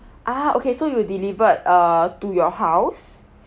ah okay so you delivered uh to your house